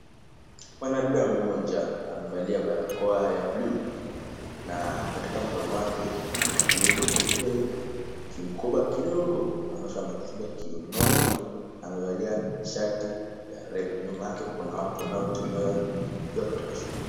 Mwanadada mmoja amevalia barakoa ya buluu na katika mkono wake kuna glovu nyeupe, kimkoba kidogo ambacho amefunga kiunoni. Amevalia shati ya red . Nyuma yake kuna watu wanaotembea wakiwa katika shughuli.